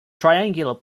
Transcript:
triangular